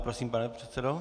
Prosím, pane předsedo.